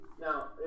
now